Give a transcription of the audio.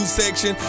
section